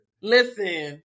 Listen